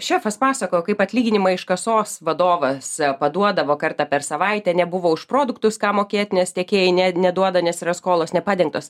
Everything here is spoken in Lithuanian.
šefas pasakojo kaip atlyginimą iš kasos vadovas paduodavo kartą per savaitę nebuvo už produktus kam mokėt nes tiekėjai ne neduoda nes yra skolos nepadengtos